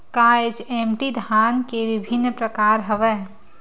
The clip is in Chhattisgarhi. का एच.एम.टी धान के विभिन्र प्रकार हवय?